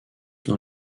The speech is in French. dans